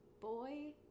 Boy